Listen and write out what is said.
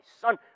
son